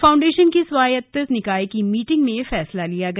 foundation की स्वायत्तशासी निकाय की मीटिंग में यह फैसला लिया गया